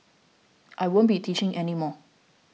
I won't be teaching any more